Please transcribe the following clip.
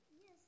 Yes